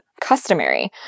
customary